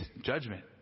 judgment